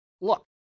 Look